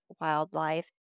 wildlife